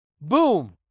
Boom